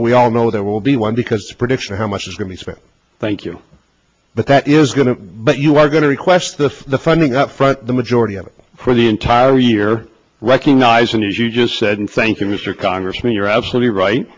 though we all know there will be one because the prediction how much is going to be spent thank you but that is going to but you are going to request this the funding upfront the majority of it for the entire year recognizing as you just said thank you mr congressman you're absolutely right